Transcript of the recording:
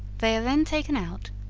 they are then taken out,